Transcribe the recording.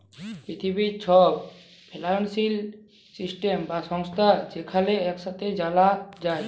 পিথিবীর ছব financial system আর সংস্থা যেখালে ইকসাথে জালা যায়